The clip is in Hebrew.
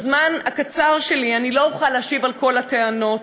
בזמן הקצר שלי אני לא אוכל להשיב על כל הטענות,